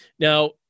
Now